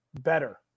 better